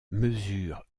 mesurent